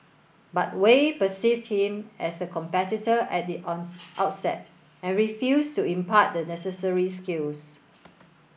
but Wei perceived him as a competitor at the on outset and refused to impart the necessary skills